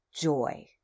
joy